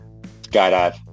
Skydive